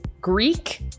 Greek